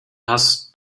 hast